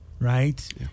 right